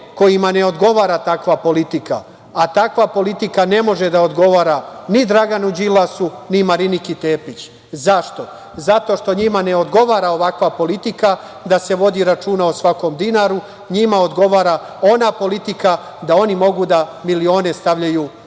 kojima ne odgovara takva politika, a takva politika ne može da odgovara ni Draganu Đilasu, ni Mariniki Tepić. Zašto? Zato što njima ne odgovara ovakva politika, da se vodi računa o svakom dinaru, njima odgovara ona politika da oni mogu milione da stavljaju